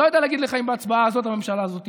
אני לא יודע להגיד לך אם בהצבעה הזאת הממשלה הזאת תיפול.